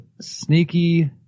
sneaky